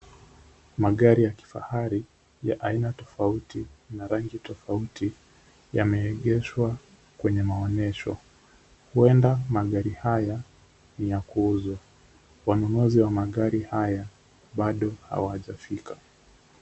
Magari ya kifahari ya aina tofauti na rangi tofauti yameegeshwa kwenye maonyesho. Huenda magari haya ni ya kuuzwa. Wanunuzi wa magari haya bado hawajafika.